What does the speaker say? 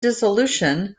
dissolution